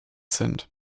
sind